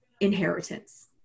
inheritance